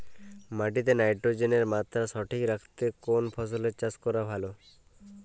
মাটিতে নাইট্রোজেনের মাত্রা সঠিক রাখতে কোন ফসলের চাষ করা ভালো?